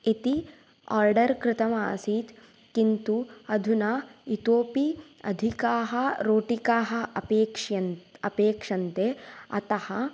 इति ओर्डर् कृतमासीत् किन्तु अधुना इतोपि अधिकाः रोटिकाः अपेक्ष्य अपेक्षन्ते अतः